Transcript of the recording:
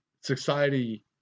society